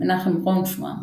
מנחם ברונפמן,